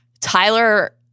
Tyler